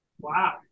Wow